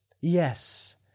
Yes